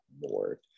more